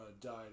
died